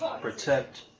protect